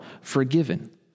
forgiven